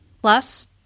plus